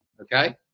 Okay